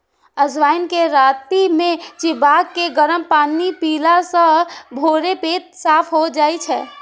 अजवाइन कें राति मे चिबाके गरम पानि पीला सं भोरे पेट साफ भए जाइ छै